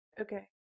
Okay